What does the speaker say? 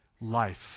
life